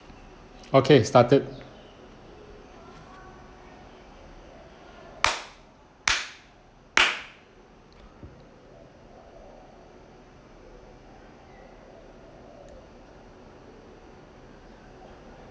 okay started